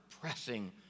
pressing